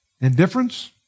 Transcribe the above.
indifference